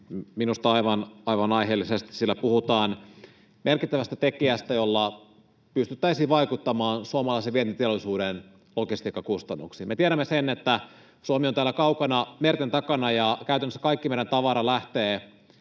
minusta aivan aiheellisesti, sillä puhutaan merkittävästä tekijästä, jolla pystyttäisiin vaikuttamaan suomalaisen vientiteollisuuden logistiikkakustannuksiin. Me tiedämme sen, että Suomi on täällä kaukana merten takana, ja käytännössä kaikki meidän tavara lähtee